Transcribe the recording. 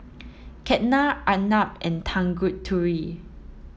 Ketna Arnab and Tanguturi